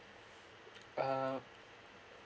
uh